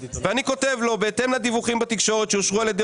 אני כותב לו: בהתאם לדיווחים בתקשורת שאושרו על ידי